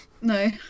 No